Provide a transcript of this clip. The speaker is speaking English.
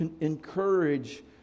encourage